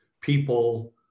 people